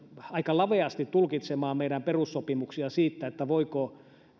aika laveasti tulkitsemaan meidän perussopimuksia siitä voiko